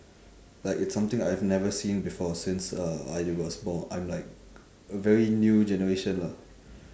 like it's something I've never seen before since uh I was born I'm like a very new generation lah